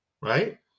Right